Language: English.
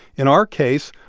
in our case,